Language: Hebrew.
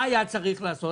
מה היה צריך לעשות?